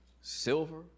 silver